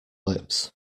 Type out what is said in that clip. lips